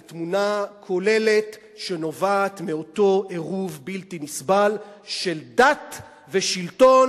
על תמונה כוללת שנובעת מאותו עירוב בלתי נסבל של דת ושלטון,